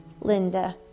Linda